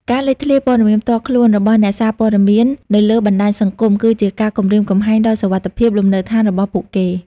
ការលេចធ្លាយព័ត៌មានផ្ទាល់ខ្លួន របស់អ្នកសារព័ត៌មាននៅលើបណ្តាញសង្គម គឺជាការគំរាមកំហែងដល់សុវត្ថិភាពលំនៅដ្ឋានរបស់ពួកគេ។